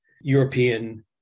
European